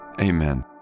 Amen